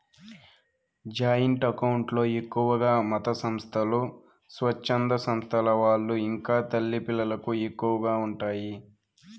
joint account లో ఎక్కువగా మతసంస్థలు, స్వచ్ఛంద సంస్థల వాళ్ళు ఇంకా తల్లి పిల్లలకు ఎక్కువగా ఉంటాయి